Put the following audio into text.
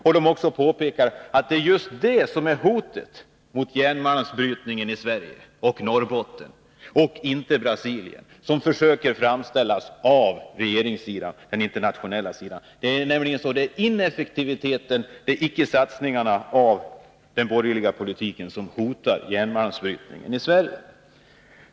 Man har också påpekat att det är just det som är hotet mot järnmalmsbrytningen i Sverige och Norrbotten — inte Brasilien, såsom det framställs från regeringssidan. Det är ineffektiviteten i den borgerliga politiken som hotar järnmalmsbrytningen i Sverige.